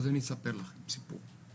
אז אני אספר לכם סיפור.